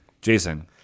Jason